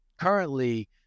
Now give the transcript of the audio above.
currently